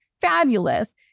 fabulous